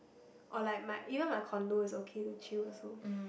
or like my even my condo is okay to chill also